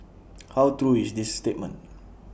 how true is this statement